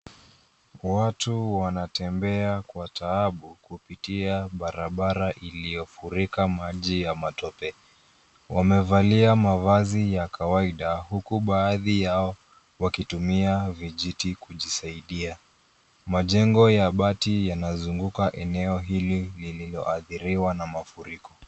Hali inaonyesha jiji dogo au mtaa ulioathiriwa na mafuriko, ambapo wakazi wanapita kwa taabu kupitia barabara yenye maji ya matope, wakiwa na mavazi ya kawaida na baadhi wakitumia magari ya VGT kusaidia kusafiri. Pembeni, kuna majengo ya mabati yanayozunguka eneo lililoathirika.